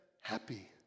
happy